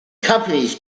companies